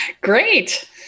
Great